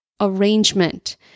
arrangement